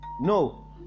No